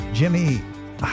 Jimmy